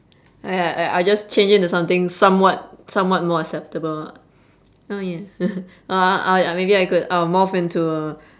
!aiya! I I just change it into something somewhat somewhat more acceptable oh ya uh uh I maybe I could uh morph into a